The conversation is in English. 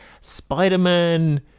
Spider-Man